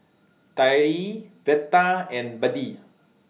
Tyree Veta and Buddy